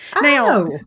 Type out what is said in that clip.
Now